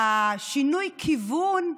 שינוי הכיוון,